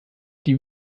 die